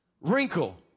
wrinkle